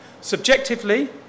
Subjectively